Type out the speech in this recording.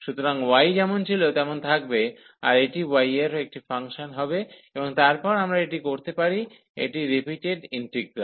সুতরাং y যেমন ছিল তেমন থাকবে আর এটি y এর একটি ফাংশন হবে এবং তারপরে আমরা এটি করতে পারি এটি রিপিটেড ইন্টিগ্রাল